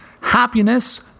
happiness